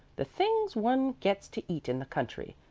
the things one gets to eat in the country,